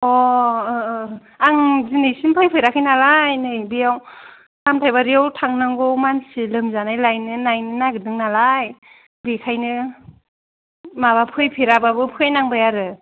अ औ औ आं दिनैसिम फैफेराखै नालाय नै बेयाव सामथायबारियाव थांनांगौ मानसि लोमजानाय लायनो नायनो नागिरदों नालाय बेखायनो माबा फैफेराबाबो फेनांबाय आरो